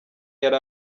yari